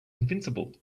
invincible